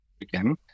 again